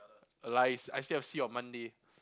lies I still have to see you on Monday